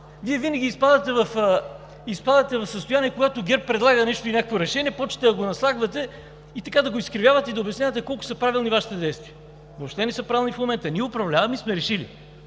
Вие винаги изпадате в състояние, когато ГЕРБ предлага нещо и някакво решение, започвате да го наслагвате и така да го изкривявате и да обяснявате колко са правилни Вашите действия. Въобще не са правилни в момента. Ние управляваме и сме решили